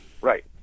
right